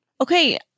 Okay